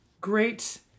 great